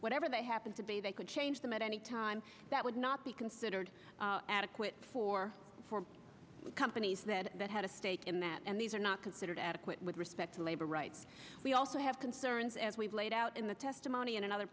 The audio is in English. whatever they happen to be they could change them at any time that would not be considered adequate for four companies that had a stake in that and these are not considered adequate with respect to labor rights we also have concerns as we've laid out in the testimony and in other